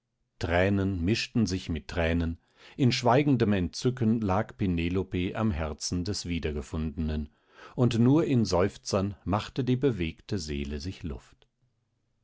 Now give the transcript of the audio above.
thränen mischten sich mit thränen in schweigendem entzücken lag penelope am herzen des wiedergefundenen und nur in seufzern machte die bewegte seele sich luft